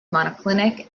monoclinic